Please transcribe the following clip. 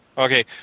Okay